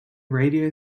radio